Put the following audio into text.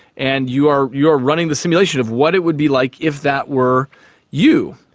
and you are you are running the simulation of what it would be like if that were you.